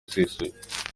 usesuye